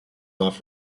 off